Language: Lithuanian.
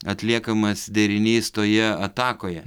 atliekamas derinys toje atakoje